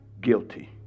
guilty